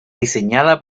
diseñada